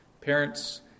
Parents